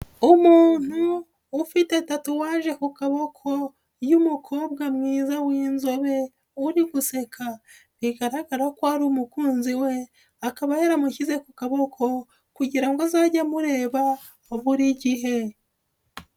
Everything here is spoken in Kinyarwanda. Umuntu ufite tatuwaje ku kaboko y'umukobwa mwiza w'inzobe, uri guseka. Bigaragara ko ari umukunzi we, akaba yaramushyize ku kaboko kugira ngo azage amureba buri gihe.